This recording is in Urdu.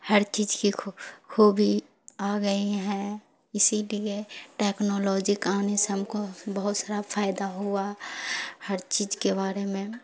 ہر چیز کی خو خوبی آ گئی ہیں اسی لیے ٹیکنالوجی کا آنے سے ہم کو بہت سارا فائدہ ہوا ہر چیز کے بارے میں